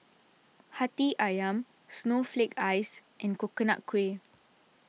Hati Ayam Snowflake Ice and Coconut Kuih